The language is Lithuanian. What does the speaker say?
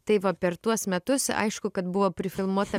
tai va per tuos metus aišku kad buvo prifilmuota